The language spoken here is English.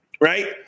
Right